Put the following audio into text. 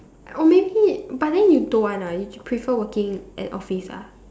or maybe but then you don't want ah you prefer working at office ah